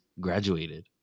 graduated